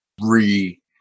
re